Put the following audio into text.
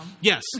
Yes